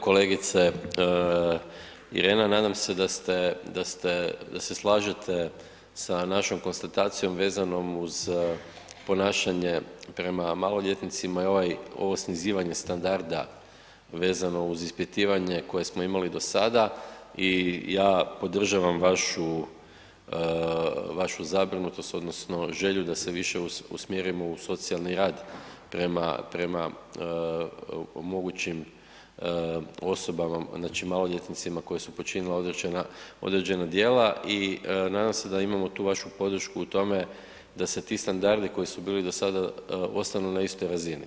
Kolegice Irena, nadam se da ste, da se slažete sa našom konstatacijom vezanom uz ponašanje prema maloljetnicima i ovaj, ovo snizivanje standarda vezano uz ispitivanje koje smo imali do sada i ja podržavam vašu, vašu zabrinutost odnosno želju da se više usmjerimo u socijalni rada prema mogućim osobama znači maloljetnicima koji su počinili određena djela i nadam se da imamo tu vašu podršku u tome da se ti standardi koji su bili do sada ostanu na istoj razini.